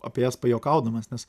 apie jas pajuokaudamas nes